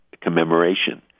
commemoration